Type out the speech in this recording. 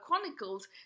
chronicles